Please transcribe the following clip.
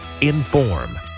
Inform